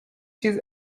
چیزی